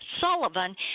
Sullivan